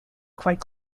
quite